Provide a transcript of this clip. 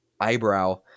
eyebrow